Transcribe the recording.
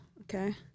okay